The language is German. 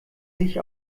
sich